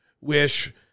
wish